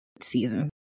season